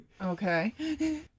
Okay